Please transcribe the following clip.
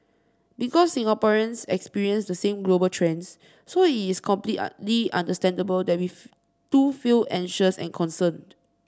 because Singaporeans experience the same global trends so it is completely understandable that we too feel anxious and concerned